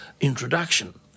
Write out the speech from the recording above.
introduction